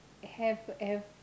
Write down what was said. have have